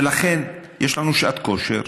ולכן יש לנו שעת כושר